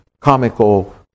comical